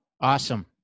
Awesome